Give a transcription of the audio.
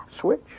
Switch